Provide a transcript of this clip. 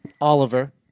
Oliver